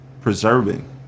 preserving